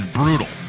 brutal